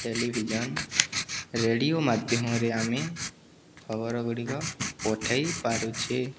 television radio ମାଧ୍ୟମରେ ଆମେ ଖବର ଗୁଡ଼ିକ ପଠେଇ ପାରୁଛେ